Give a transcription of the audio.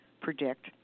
predict